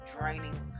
draining